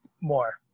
more